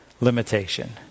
limitation